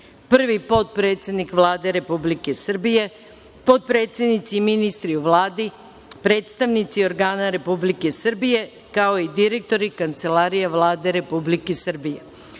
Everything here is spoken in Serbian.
prvi potpredsednik Vlade Republike Srbije, potpredsednici i ministri u Vladi, predstavnici organa Republike Srbije, kao i direktori kancelarija Vlade Republike